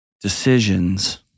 decisions